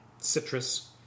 citrus